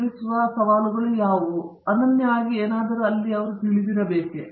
ಅಂತಹ ಸವಾಲುಗಳು ಅನನ್ಯವಾಗಿ ಏನಾದರೂ ಅಲ್ಲಿ ಅವರಿಗೆ ತಿಳಿದಿರಬೇಕೆ